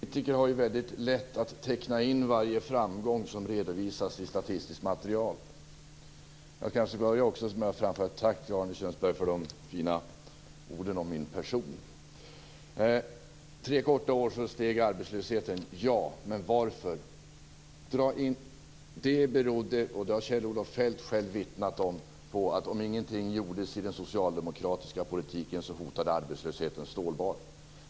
Fru talman! Vi politiker har väldigt lätt för att teckna in varje framgång som redovisas i ett statistiskt material. Kanske skulle jag först ha framfört ett tack till Arne Kjörnsberg för de fina orden om min person. Under tre korta år steg arbetslösheten, säger Arne Kjörnsberg. Ja. Men varför? Kjell-Olof Feldt har själv vittnat om att om ingenting gjordes i den socialdemokratiska politiken så hotade arbetslöshetens stålbad.